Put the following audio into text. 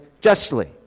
justly